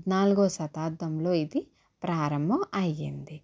పద్నాలుగో శతాబ్దంలో ఇది ప్రారంభం అయ్యింది